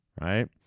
Right